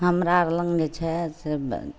हमरा आर लगमे छै से